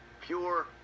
pure